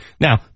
Now